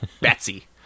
betsy